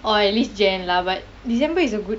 or at least january lah but december is a good